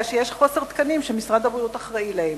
שיש חוסר בתקנים שמשרד הבריאות אחראי להם.